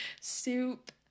soup